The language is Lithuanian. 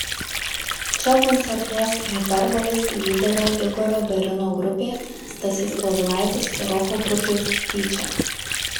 čia koncertuos hiperbolės lyderio igorio berino grupė stasys povilaitis roko grupė tyčia